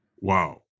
Wow